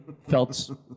felt